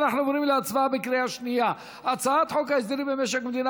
אנחנו עוברים להצבעה על הצעת חוק הסדרים במשק המדינה